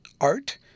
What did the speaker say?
art